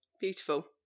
Beautiful